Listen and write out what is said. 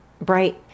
bright